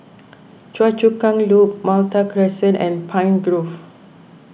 Choa Chu Kang Loop Malta Crescent and Pine Grove